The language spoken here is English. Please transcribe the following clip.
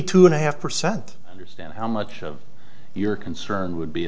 two and a half percent understand how much of your concern would be